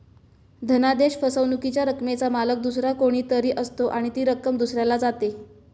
धनादेश फसवणुकीच्या रकमेचा मालक दुसरा कोणी तरी असतो आणि ती रक्कम दुसऱ्याला जाते